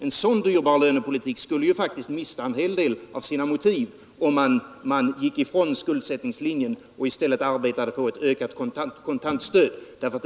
En sådan dyrbar lönepolitik skulle faktiskt mista en hel del av sina motiv om man gick från skuldsättningslinjen och i stället arbetade på ett ökat kontantstöd till de studerande.